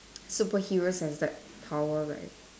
superheroes have that power right